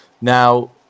Now